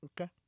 Okay